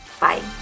Bye